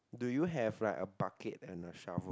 do you have like a bucket and a shovel